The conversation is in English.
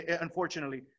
unfortunately